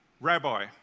Rabbi